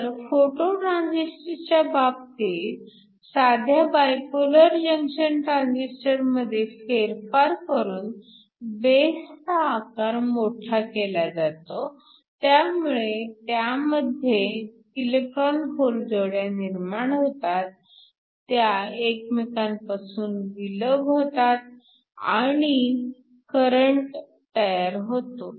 तर फोटो ट्रांजिस्टरच्या बाबतीत साध्या बायपोलर जंक्शन ट्रांजिस्टरमध्ये फेरफार करून बेस चा आकार मोठा केला जातो त्यामुळे त्यामध्ये इलेक्ट्रॉन होल जोड्या निर्माण होतात ते एकमेकांपासून विलग होतात आणि करंट तयार होतो